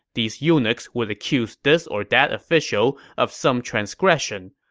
these eunuchs would accuse this or that official of some transgression.